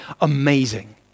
amazing